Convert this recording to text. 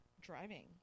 driving